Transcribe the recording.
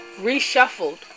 reshuffled